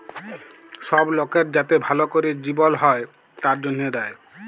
সব লকের যাতে ভাল ক্যরে জিবল হ্যয় তার জনহে দেয়